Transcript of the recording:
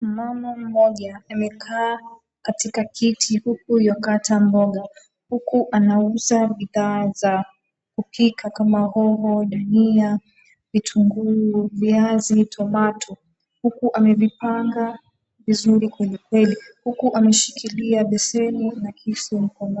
Mmama mmoja amekaa katika kiti huku anakata mboga huku anauza bidhaa za kupika kama hoho, dania, vitungu, viazi, tomato huku amevipanga vizuri kwenye ferri huku ameshikilia besheni na kisu mkononi.